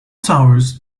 towers